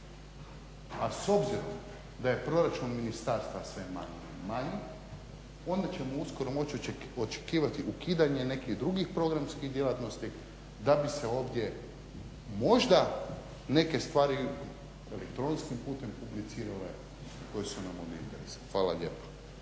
A s obzirom da je proračun ministarstva sve manji i manji, onda ćemo uskoro moći očekivati ukidanje nekih drugih programskih djelatnosti da bi se ovdje možda neke stvari elektronskim putem publicirale koje su nam od interesa. Hvala lijepa.